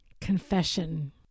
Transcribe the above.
confession